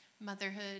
motherhood